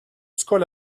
skol